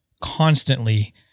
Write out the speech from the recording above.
constantly